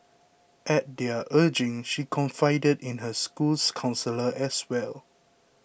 at their urging she confided in her school's counsellor as well